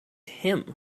him